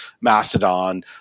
Mastodon